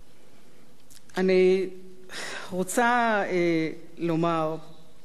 אני רוצה לומר, אדוני היושב-ראש,